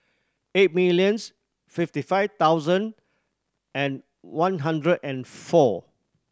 eight millions fifty five thousand and one hundred and four